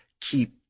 keep